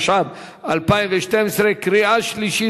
התשע"ב 2012. קריאה שלישית.